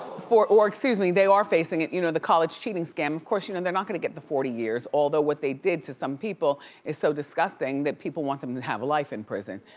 or excuse me, they are facing it, you know the college cheating scam. of course, you know they're not gonna get the forty years. although what they did to some people is so disgusting that people want them to have life in prison.